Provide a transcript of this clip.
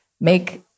make